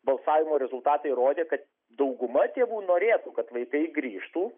balsavimo rezultatai rodė kad dauguma tėvų norėtų kad vaikai grįžtų